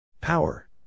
Power